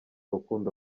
rukundo